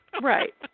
Right